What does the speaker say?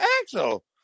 Axel